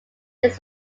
his